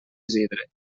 isidre